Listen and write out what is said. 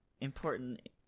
Important